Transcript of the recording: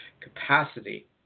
capacity